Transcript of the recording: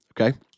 Okay